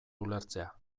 ulertzea